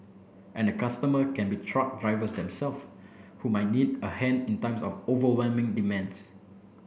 and the customer can be truck drivers them self who might need a hand in times of overwhelming demands